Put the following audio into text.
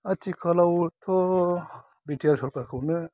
आथिखालावथ' B T R सरकारखौनो